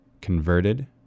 converted